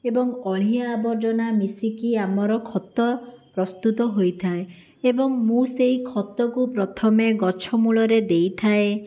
ଏବଂ ଅଳିଆ ଆବର୍ଜନା ମିଶିକି ଆମର ଖତ ପ୍ରସ୍ତୁତ ହୋଇଥାଏ ଏବଂ ମୁଁ ସେହି ଖତକୁ ପ୍ରଥମେ ଗଛମୂଳରେ ଦେଇଥାଏ